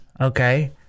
Okay